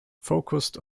focused